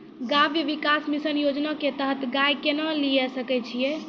गव्य विकास मिसन योजना के तहत गाय केना लिये सकय छियै?